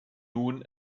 nun